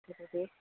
बेबायदि